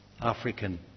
African